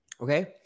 Okay